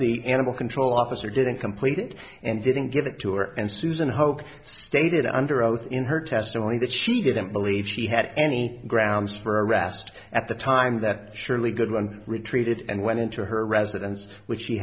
the animal control officer didn't complete it and didn't give it to her and susan hoke stated under oath in her testimony that she didn't believe she had any grounds for arrest at the time that surely good one retreated and went into her residence which she